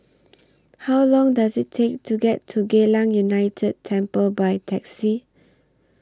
How Long Does IT Take to get to Geylang United Temple By Taxi